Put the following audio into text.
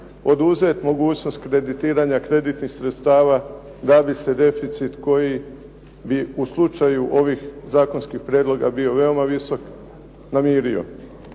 oduzet mogućnost kreditiranja kreditnih sredstava da bi se deficit koji bi u slučaju ovih zakonskih prijedloga bio veoma visok namirio.